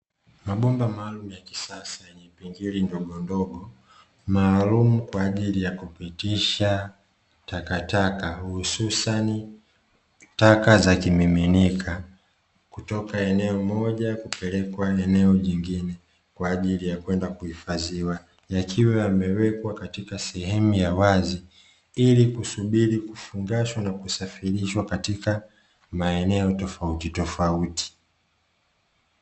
Mabomba maalumu ya kisasa yenye pingili ndondogo, maalumu kwa ajili ya kupitisha takataka hususani taka za kimiminika, kutoka eneo moja kupelekwa eneo jingine kwa ajili ya kwenda kuhifadhiwa; yakiwa yamewekwa katika sehemu ya wazi ili kusubiri kufungashwa na kusafirishwa katika maeneo tofautitofauti.